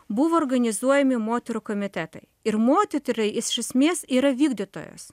buvo organizuojami moterų komitetai ir motetrai iš esmės yra vykdytojas